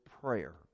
prayer